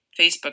Facebook